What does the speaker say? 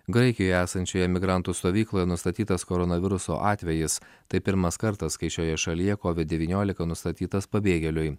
graikijoje esančioje migrantų stovykloje nustatytas koronaviruso atvejis tai pirmas kartas kai šioje šalyje covid devyniolika nustatytas pabėgėliui